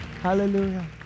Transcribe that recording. hallelujah